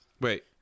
Wait